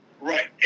Right